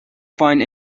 find